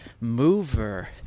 mover